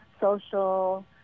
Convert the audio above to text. social